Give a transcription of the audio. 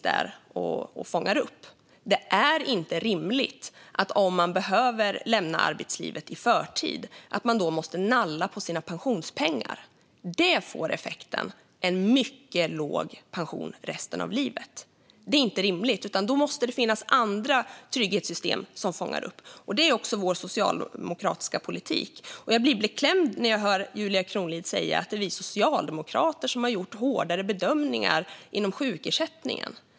Det är inte rimligt att man ska behöva nalla på sina pensionspengar om man blir tvungen att lämna arbetslivet i förtid. Det får till effekt att man får en mycket låg pension resten av livet. Det här är inte rimligt. Det måste finnas andra trygghetssystem som fångar upp detta. Det är också vår socialdemokratiska politik. Jag blir beklämd när jag hör Julia Kronlid säga att det är vi socialdemokrater som har gjort hårdare bedömningar när det gäller sjukersättningen.